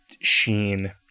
sheen